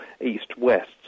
east-west